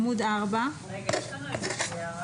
יש לנו איזושהי הערה.